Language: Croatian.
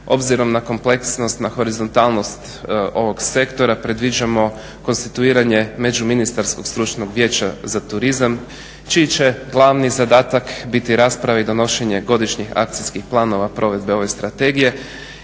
obzirom na kompleksnost, horizontalnost ovog sektora predviđamo konstituiranje međuministarskog stručnog vijeća za turizam čiji će glavni zadatak biti rasprava i donošenje godišnjih akcijskih planova provedbe ove strategije